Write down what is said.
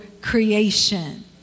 creation